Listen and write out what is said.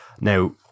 Now